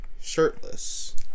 Shirtless